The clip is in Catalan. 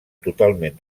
totalment